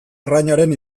arrainaren